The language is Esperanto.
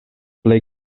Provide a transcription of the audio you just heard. plej